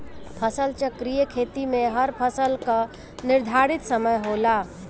फसल चक्रीय खेती में हर फसल कअ निर्धारित समय होला